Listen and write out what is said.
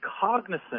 cognizant